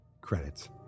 credits